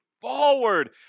forward